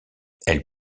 elle